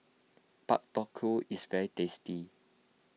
Pak Thong Ko is very tasty